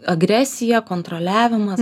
agresija kontroliavimas